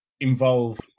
involve